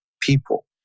people